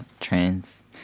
trans